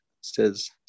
says